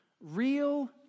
Real